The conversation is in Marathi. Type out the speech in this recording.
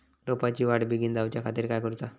रोपाची वाढ बिगीन जाऊच्या खातीर काय करुचा?